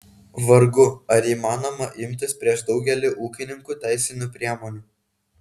vargu ar įmanoma imtis prieš daugelį ūkininkų teisinių priemonių